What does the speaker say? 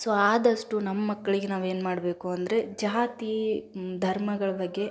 so ಆದಷ್ಟು ನಮ್ಮ ಮಕ್ಳಿಗೆ ನಾವು ಏನು ಮಾಡಬೇಕು ಅಂದರೆ ಜಾತಿ ಧರ್ಮಗಳ ಬಗ್ಗೆ